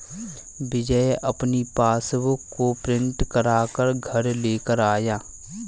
विजय अपनी पासबुक को प्रिंट करा कर घर लेकर आया है